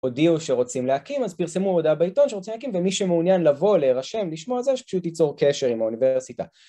הודיעו שרוצים להקים אז פרסמו הודעה בעיתון שרוצים להקים, ומי שמעוניין לבוא, להירשם, לשמוע זה, שפשוט ייצור קשר עם האוניברסיטה.